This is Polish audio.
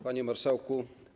Panie Marszałku!